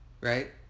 right